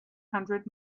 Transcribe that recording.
hundred